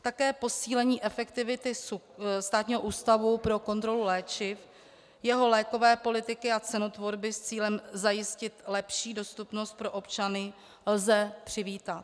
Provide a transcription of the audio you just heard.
Také posílení efektivity Státního ústavu pro kontrolu léčiv, jeho lékové politiky a cenotvorby s cílem zajistit lepší dostupnost pro občany lze přivítat.